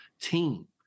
team